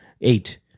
eight